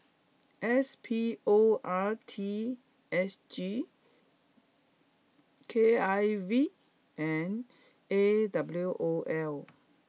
S P O R T S G K I V and A W O L